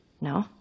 No